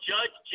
Judge